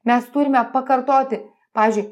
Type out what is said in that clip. mes turime pakartoti pavyzdžiui